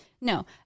no